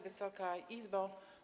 Wysoka Izbo!